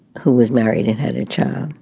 who was married and had a child?